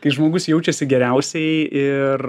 kai žmogus jaučiasi geriausiai ir